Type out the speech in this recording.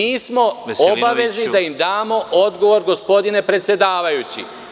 i mi smo obavezni da im damo odgovor gospodine predsedavajući.